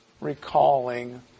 recalling